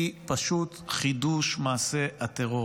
הן פשוט חידוש מעשה הטרור.